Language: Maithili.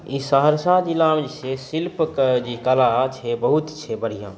ई सहरसा जिलामे जे छै शिल्पके जे कला छै से बहुत छै बढ़िऑं